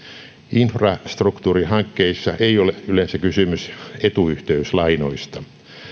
infrastruktuurihankkeissa ei ole yleensä kysymys etuyhteyslainoista